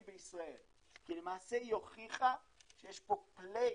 בישראל כי למעשה היא הוכיחה שיש פה פליי,